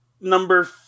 number